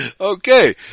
Okay